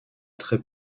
très